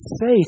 faith